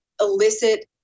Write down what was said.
illicit